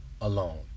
alone